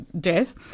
death